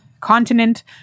continent